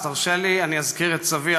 אז תרשה לי ואני אזכיר את סבי,